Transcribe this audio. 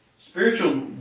Spiritual